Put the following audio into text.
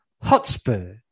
Hotspur